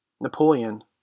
Napoleon